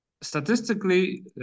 statistically